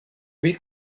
huit